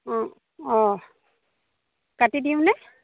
অঁ অঁ কাটি দিওঁনে